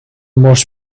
most